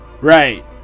Right